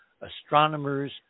astronomers